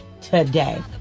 today